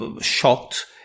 shocked